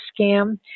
scam